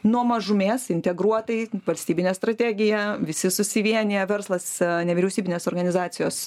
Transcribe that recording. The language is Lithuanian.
nuo mažumės integruota į valstybinę strategiją visi susivieniję verslas nevyriausybinės organizacijos